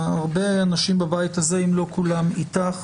הרבה אנשים בבית הזה, אם לא כולם, איתך.